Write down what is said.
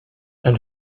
and